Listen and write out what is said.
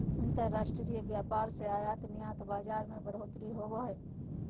अंतर्राष्ट्रीय व्यापार से आयात निर्यात बाजार मे बढ़ोतरी होवो हय